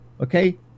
Okay